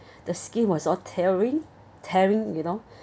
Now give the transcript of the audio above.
the skin was all tearing tearing you know